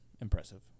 impressive